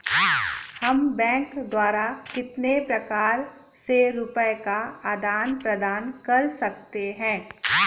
हम बैंक द्वारा कितने प्रकार से रुपये का आदान प्रदान कर सकते हैं?